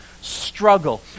struggle